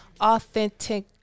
authentic